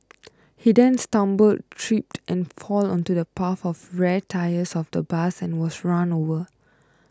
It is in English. he then stumbled tripped and fell onto the path of the rear tyres of the bus and was run over